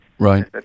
Right